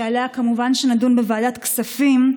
שכמובן נדון בה בוועדת הכספים,